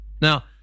now